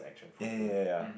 ya ya ya ya ya